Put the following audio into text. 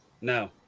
No